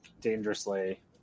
dangerously